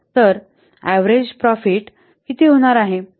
तरऍव्हरेज profit किती होणार आहे